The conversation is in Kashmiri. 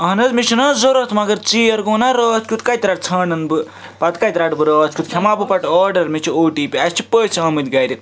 اَہن حظ مےٚ چھِنَہ ضوٚرتھ مگر ژیر گوٚو نَہ راتھ کیُتھ کَتہِ رَٹ ژھانٛڈن بہٕ پتہِ کَتہِ رَٹہٕ بہٕ راتھ کیُتھ کھٮ۪مَہ بہٕ پتہٕ آرڈر مےٚ چھِ او ٹی پی اَسہِ چھِ پٔژھۍ آمِتۍ گَرِ